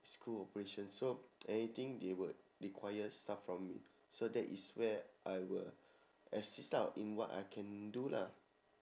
school operations so anything they would require stuff from me so that is where I will assist ah in what I can do lah